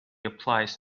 applies